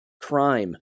crime